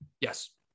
Yes